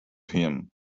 him